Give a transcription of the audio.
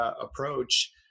approach